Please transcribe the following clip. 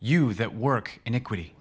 you that work iniquity